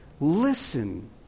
Listen